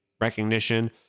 recognition